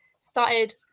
started